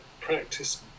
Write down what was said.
practice